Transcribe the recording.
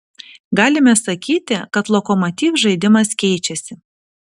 galime sakyti kad lokomotiv žaidimas keičiasi